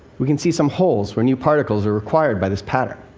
we can see some holes where new particles are required by this pattern.